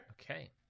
Okay